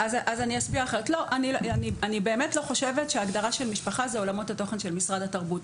אני באמת לא חושבת שההגדרה של משפחה זה עולמות התוכן של משרד התרבות,